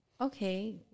okay